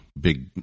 big